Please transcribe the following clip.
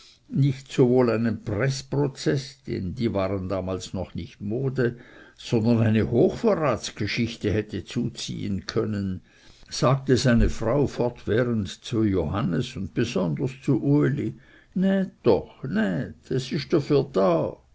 nicht sowohl einen preßprozeß denn die waren damals noch nicht mode sondern eine hochverratsgeschichte hätte zuziehen können sagte seine frau fortwährend zu johannes und besonders zu uli näht doch näht es isch drfür da